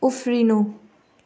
उफ्रिनु